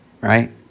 right